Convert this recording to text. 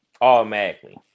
automatically